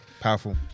powerful